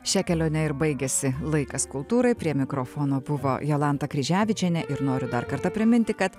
šia kelione ir baigiasi laikas kultūrai prie mikrofono buvo jolanta kryževičienė ir noriu dar kartą priminti kad